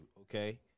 okay